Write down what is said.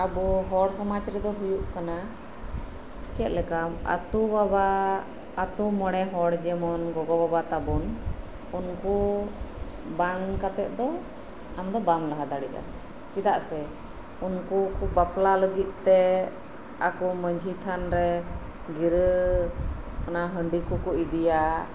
ᱟᱵᱚ ᱦᱚᱲ ᱥᱚᱢᱟᱡ ᱨᱮᱫᱚ ᱦᱩᱭᱩᱜ ᱠᱟᱱᱟ ᱪᱮᱫ ᱞᱮᱠᱟ ᱟᱛᱩ ᱵᱟᱵᱟ ᱟᱛᱩ ᱢᱚᱬᱮ ᱦᱚᱲ ᱡᱮᱢᱚᱱ ᱜᱚᱜᱚ ᱵᱟᱵᱟ ᱛᱟᱵᱚᱱ ᱩᱱᱠᱩ ᱵᱟᱝ ᱠᱟᱛᱮᱫ ᱫᱚ ᱵᱟᱢ ᱞᱟᱦᱟ ᱫᱟᱲᱮᱜᱼᱟ ᱪᱮᱫᱟᱜ ᱥᱮ ᱩᱱᱠᱩ ᱠᱚ ᱵᱟᱯᱞᱟ ᱞᱟᱹᱜᱤᱫ ᱛᱮ ᱟᱠᱚ ᱢᱟᱹᱡᱷᱤ ᱛᱷᱟᱱ ᱨᱮ ᱜᱤᱨᱟᱹ ᱚᱱᱟ ᱦᱟᱸᱰᱤ ᱠᱚ ᱠᱚ ᱤᱫᱤᱭᱟ